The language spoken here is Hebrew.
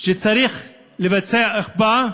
שצריך לבצע הקפאה,